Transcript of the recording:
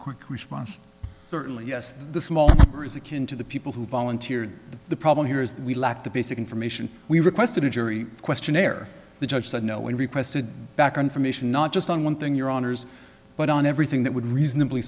quick response certainly yes the small number is akin to the people who volunteered the problem here is that we lack the basic information we requested a jury questionnaire the judge said no we requested back on from mission not just on one thing your honors but on everything that would reasonably